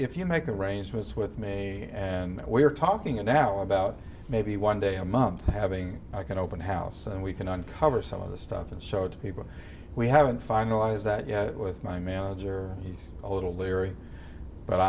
if you make arrangements with me and that we're talking it now about maybe one day a month having like an open house and we can uncover some of the stuff and show to people we haven't finalized that yet with my manager he's a little leery but